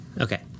Okay